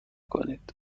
کنید